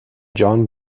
john